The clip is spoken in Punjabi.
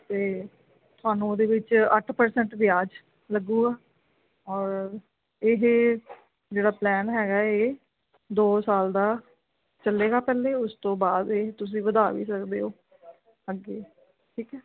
ਅਤੇ ਤੁਹਾਨੂੰ ਉਹਦੇ ਵਿੱਚ ਅੱਠ ਪ੍ਰਸੈਂਟ ਵਿਆਜ ਲੱਗੇਗਾ ਔਰ ਇਹ ਜਿਹੜਾ ਪਲੈਨ ਹੈਗਾ ਇਹ ਦੋ ਸਾਲ ਦਾ ਚੱਲੇਗਾ ਪਹਿਲੇ ਉਸ ਤੋਂ ਬਾਅਦ ਇਹ ਤੁਸੀਂ ਵਧਾ ਵੀ ਸਕਦੇ ਹੋ ਅੱਗੇ ਠੀਕ ਆ